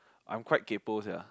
I'm quite kaypoh sia